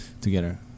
together